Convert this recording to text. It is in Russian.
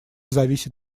зависит